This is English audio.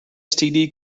std